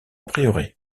prieuré